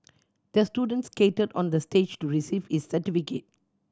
the student skated on the stage to receive is certificate